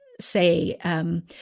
say